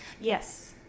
yes